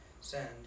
send